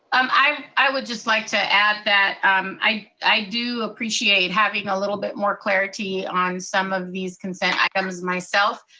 um i i would just like to add that um i i do appreciate having a little bit more clarity on some of these consent items myself.